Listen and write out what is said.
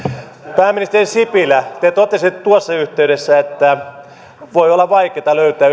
pääministeri sipilä te totesitte tuossa yhteydessä että voi olla vaikeata löytää